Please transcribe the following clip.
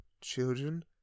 children